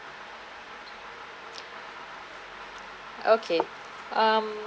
okay um